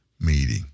meeting